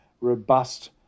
robust